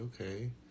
okay